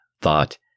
thought